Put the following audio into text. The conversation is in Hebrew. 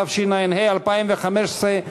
התשע"ה 2015,